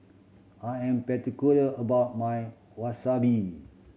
I am particular about my Wasabi